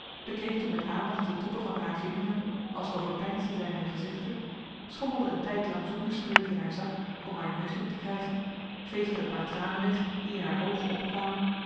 bekeek toen met aandacht de toppen van haar vingeren als overpeinsde zij mijn gezegde schommelde een tijdlang zonder spreken in haar zak om haar neusdoek te krijgen veegde een paar tranen weg die in haar pogen opkwamen